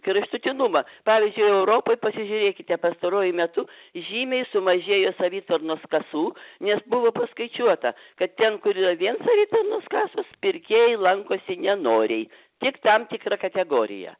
kraštutinumą pavyzdžiui europoj pasižiūrėkite pastaruoju metu žymiai sumažėjo savitarnos kasų nes buvo paskaičiuota kad ten kur yra vien savitarnos kasos pirkėjai lankosi nenoriai tik tam tikra kategorija